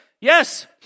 Yes